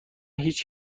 هیچ